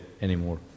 anymore